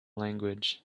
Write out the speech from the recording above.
language